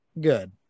Good